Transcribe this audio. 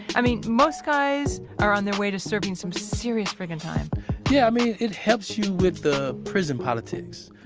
i mean, most guys are on their way to serving some serious friggin time yeah, i mean, it helps you with the prison politics.